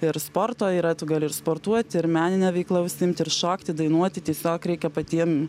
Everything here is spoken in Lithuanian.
ir sporto yra tu gali ir sportuoti ir menine veikla užsiimti ir šokti dainuoti tiesiog reikia patiem